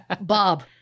Bob